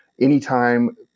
anytime